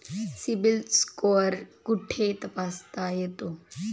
CIBIL score कुठे तपासता येतो?